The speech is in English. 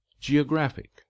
geographic